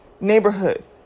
neighborhood